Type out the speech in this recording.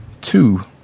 two